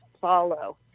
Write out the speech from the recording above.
follow